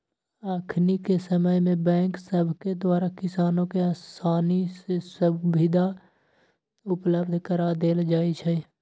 अखनिके समय में बैंक सभके द्वारा किसानों के असानी से सुभीधा उपलब्ध करा देल जाइ छइ